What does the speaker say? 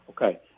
Okay